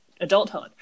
adulthood